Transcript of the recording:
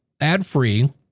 ad-free